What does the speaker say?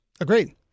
Agreed